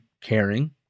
caring